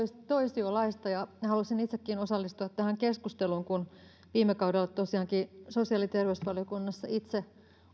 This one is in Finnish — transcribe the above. toisiolaista ja halusin itsekin osallistua tähän keskusteluun kun viime kaudella tosiaankin sosiaali ja terveysvaliokunnassa itse